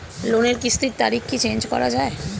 লোনের কিস্তির তারিখ কি চেঞ্জ করা যায়?